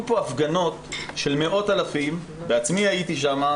כאן הפגנות של מאות אלפים ואני בעצמי הייתי שם,